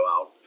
out